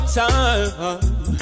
time